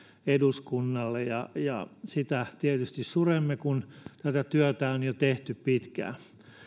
eduskunnalle ja ja sitä tietysti suremme kun tätä työtä on tehty jo pitkään